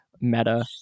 meta